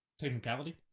technicality